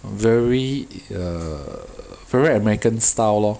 very err very american style lor